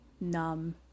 numb